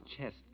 chest